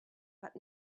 but